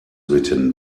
written